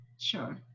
sure